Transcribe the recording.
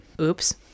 Oops